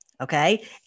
Okay